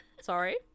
Sorry